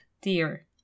Dear